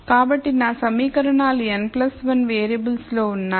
కాబట్టి నా సమీకరణాలు n 1 వేరియబుల్స్లో ఉన్నాయి